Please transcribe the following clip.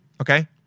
Okay